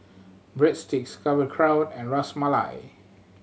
Breadsticks Sauerkraut and Ras Malai